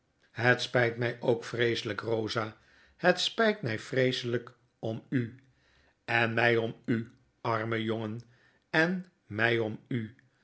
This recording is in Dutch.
het spijt mij ook vreeselijk bosa het spyt mij vreeselijk om u h en mij om u arme jongen enmijomu dat